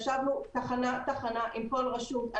ישבנו על כל תחנה עם כל רשות.